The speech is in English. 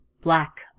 black